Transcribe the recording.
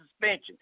suspension